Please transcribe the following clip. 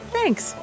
Thanks